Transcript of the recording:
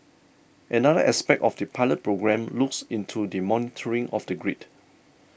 another aspect of the pilot programme looks into the monitoring of the grid